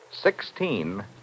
sixteen